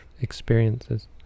experiences